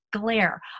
glare